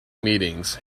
meetings